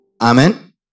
Amen